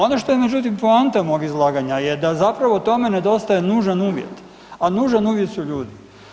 Ono što je međutim poanta mog izlaganja je da zapravo tome nedostaje nužan uvjet, a nužan uvjet su ljudi.